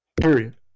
Period